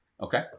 Okay